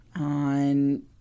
on